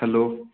hello